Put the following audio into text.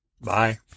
Bye